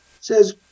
says